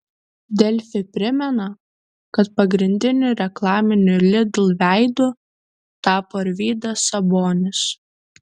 delfi primena kad pagrindiniu reklaminiu lidl veidu tapo arvydas sabonis